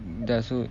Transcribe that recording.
that's w~